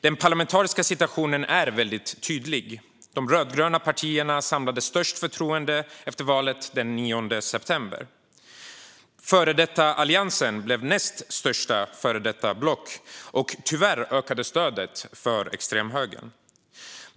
Den parlamentariska situationen är tydlig. De rödgröna partierna samlade störst förtroende efter valet den 9 september. Före detta Alliansen blev näst största före detta block, och tyvärr ökade stödet för extremhögern.